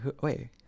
wait